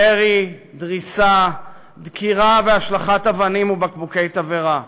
ירי, דריסה, דקירה והשלכת אבנים ובקבוקי תבערה.